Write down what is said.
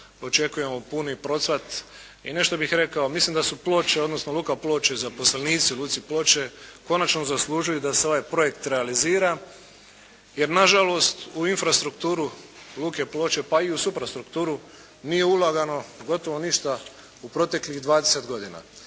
očekujemo puni procvat. I nešto bih rekao, mislim da su Ploče, odnosno Luka Ploče, zaposlenici u Luci Ploče konačno zaslužili da se ovaj projekt realizira, jer na žalost u infrastrukturu Luke Ploče pa i … nije ulagano gotovo ništa u proteklih 20 godina.